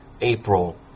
April